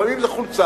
לפעמים זה חולצה,